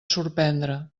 sorprendre